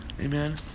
Amen